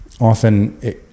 often